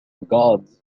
gods